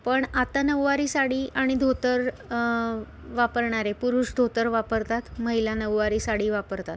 पण आता नऊवारी साडी आणि धोतर वापरणारे पुरुष धोतर वापरतात महिला नऊवारी साडी वापरतात